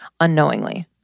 unknowingly